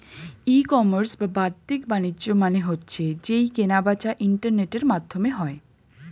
ই commerce বা বাদ্দিক বাণিজ্য মানে হচ্ছে যেই কেনা বেচা ইন্টারনেটের মাধ্যমে হয়